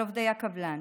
על עובדי הקבלן.